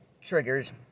triggers